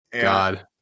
God